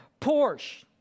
Porsche